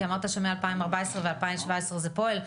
כי אמרת שמ-2014 ו- 2017 זה פועל,